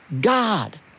God